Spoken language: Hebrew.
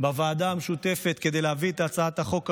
בוועדה המשותפת כדי להביא את הצעת החוק הזאת: